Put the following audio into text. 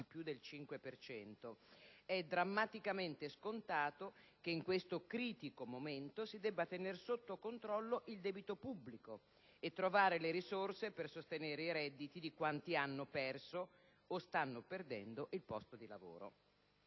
per cento. È drammaticamente scontato che in questo momento critico si debba tener sotto controllo il debito pubblico e trovare le risorse per sostenere i redditi di quanti hanno perso o stanno perdendo il posto di lavoro.